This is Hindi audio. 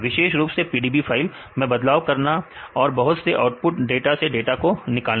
विशेष रुप से PDB फाइल मैं बदलाव करना और बहुत से आउटपुट डाटा से डाटा को निकालना